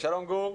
שלום גור,